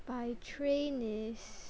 by train is